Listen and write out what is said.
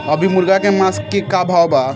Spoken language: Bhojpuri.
अभी मुर्गा के मांस के का भाव चलत बा?